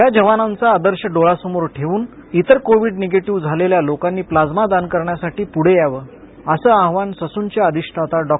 या जवानांचा आदर्श डोळयासमोर ठेवून इतर कोवीड निगेटिव्ह झालेल्या लोकांनी प्लाइमा दान करण्यासाठी पुढे यावं असं आवाहन ससूनचे अधिष्ठाता डॉ